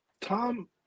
Tom